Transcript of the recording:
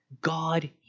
God